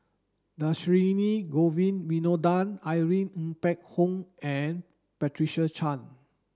Dhershini Govin Winodan Irene Ng Phek Hoong and Patricia Chan